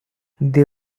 they